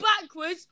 backwards